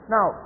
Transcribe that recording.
Now